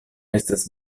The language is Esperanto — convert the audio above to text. estas